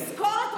שתזכור את מקומה.